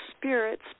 spirit's